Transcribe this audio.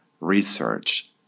research